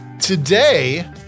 Today